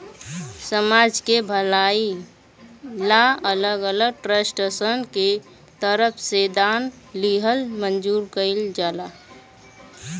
समाज के भलाई ला अलग अलग ट्रस्टसन के तरफ से दान लिहल मंजूर कइल जाला